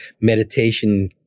meditation